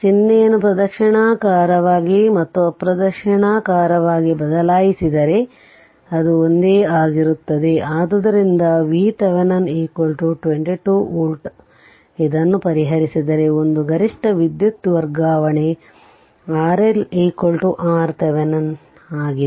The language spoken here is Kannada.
ಚಿಹ್ನೆಯನ್ನು ಪ್ರದಕ್ಷಿಣಾಕಾರವಾಗಿ ಮತ್ತು ಅಪ್ರದಕ್ಷಿಣಾಕಾರವಾಗಿ ಬದಲಾಯಿಸಿದರೆ ಅದು ಒಂದೆ ಆಗಿರುತ್ತದೆ ಆದ್ದರಿಂದ VThevenin 22 ವೋಲ್ಟ್ ಇದನ್ನು ಪರಿಹರಿಸಿದರೆ 1 ಗರಿಷ್ಠ ವಿದ್ಯುತ್ ವರ್ಗಾವಣೆ RL RThevenin ಆಗಿದೆ